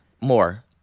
More